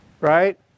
right